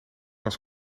was